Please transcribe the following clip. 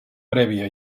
prèvia